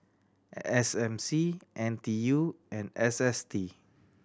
S M C N T U and S S T